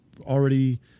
already